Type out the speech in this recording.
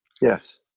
Yes